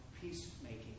peacemaking